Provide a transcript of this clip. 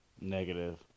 Negative